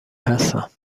هستم